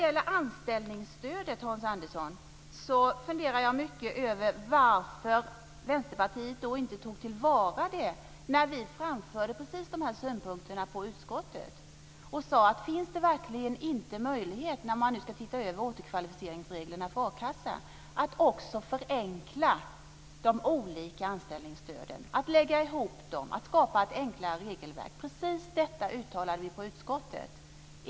Jag funderar mycket över varför Vänsterpartiet inte tog till vara det när vi framförde precis samma synpunkter i utskottet på anställningsstöd. Vi undrade om det, när man skulle se över reglerna för återkvalificering till a-kassan, fanns möjlighet att också förenkla de olika anställningsstöden. Vi menade att man skulle kunna lägga ihop dem och skapa ett enklare regelverk. Precis detta uttalade vi i utskottet.